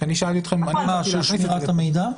כשאני שאלתי אתכם -- לגבי שמירת המידע?